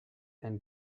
and